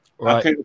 Right